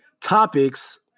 topics